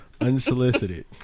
Unsolicited